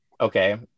okay